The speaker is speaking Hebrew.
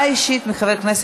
31 חברי כנסת בעד,